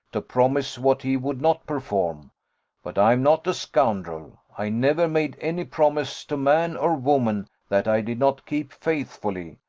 to promise what he would not perform but i am not a scoundrel. i never made any promise to man or woman that i did not keep faithfully.